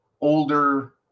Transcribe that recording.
older